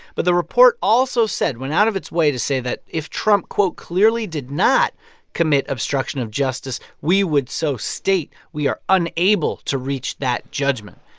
but the report also said went out of its way to say that if trump, quote, clearly did not commit obstruction of justice, we would so state. we are unable to reach that judgment.